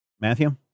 Matthew